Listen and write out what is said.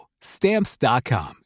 stamps.com